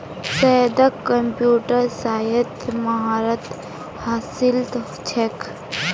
सैयदक कंप्यूटर साइंसत महारत हासिल छेक